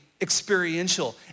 experiential